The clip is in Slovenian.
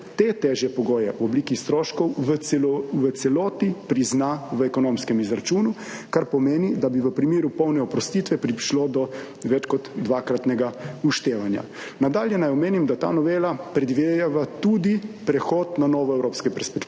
te težje pogoje v obliki stroškov celo v celoti prizna v ekonomskem izračunu, kar pomeni, da bi v primeru polne oprostitve prišlo do več kot dvakratnega vštevanja. Nadalje naj omenim, da ta novela predvideva tudi prehod na novo evropsko perspektivo.